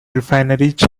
refineries